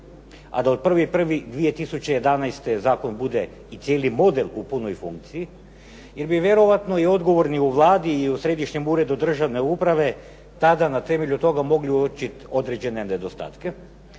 a da od 1.1.2011. zakon bude i cijeli modem u punoj funkciji jer bi vjerojatno i odgovorni u Vladi i u Središnjem uredu državne uprave tada na temelju toga mogli uočit određene nedostatka.